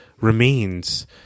remains